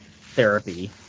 therapy